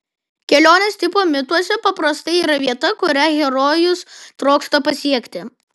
kelionės tipo mituose paprastai yra vieta kurią herojus trokšta pasiekti